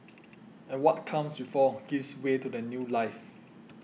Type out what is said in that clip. and what comes before gives way to that new life